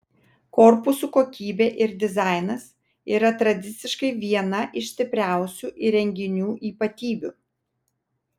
korpusų kokybė ir dizainas yra tradiciškai viena iš stipriausių įrenginių ypatybių